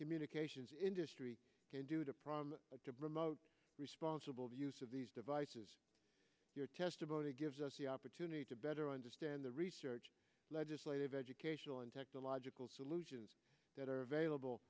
communications industry can do to problem to promote responsible use of these devices your testimony gives us the opportunity to better stand the research legislative educational and technological solutions that are available